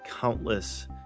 countless